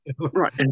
right